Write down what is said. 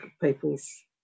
people's